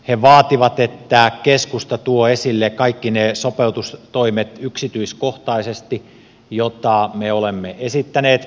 he vaativat että keskusta tuo esille yksityiskohtaisesti kaikki ne sopeutustoimet joita me olemme esittäneet